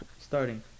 Starting